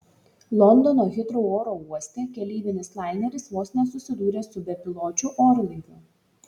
londono hitrou oro uoste keleivinis laineris vos nesusidūrė su bepiločiu orlaiviu